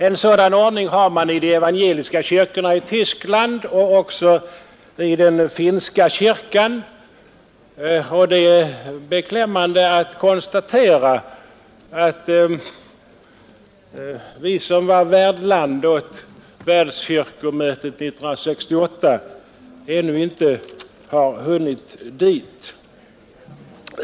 En sådan ordning har man i de evangeliska kyrkorna i Tyskland liksom också i den finska kyrkan. Det är beklämmande att konstatera att vi som var värdland för världskyrkomötet 1968 ännu inte hunnit dit.